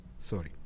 Sorry